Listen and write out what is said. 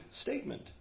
statement